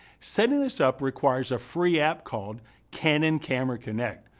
setting this up requires a free app called canon camera connect,